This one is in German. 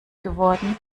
geworden